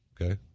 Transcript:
Okay